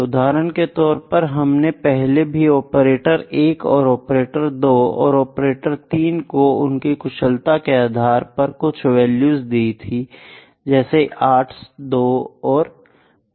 उदाहरण के तौर पर हमने पहले भी ऑपरेटर एक ऑपरेटर दो और ऑपरेटर 3 को उनकी कुशलता के आधार पर कुछ वैल्यूज दी थी जैसे 8 दो व 5